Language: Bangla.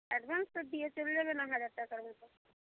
অ্যাডভান্সটা দিয়ে চলে যাবে না হাজার টাকার মতো